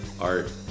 art